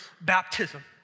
baptism